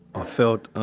i felt